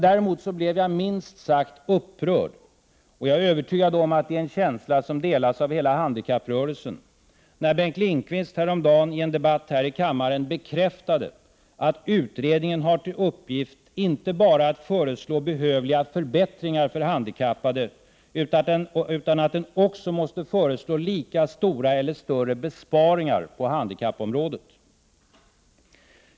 Däremot blev jag minst sagt upprörd — och jag är övertygad om att det är en känsla som delas av hela handikapprörelsen — när Bengt Lindqvist häromdageni en debatt här i kammaren bekräftade att utredningen har till uppgift inte bara att föreslå behövliga förbättringar för handikappade utan att den också måste föreslå lika stora eller större besparingar på handikappområdet.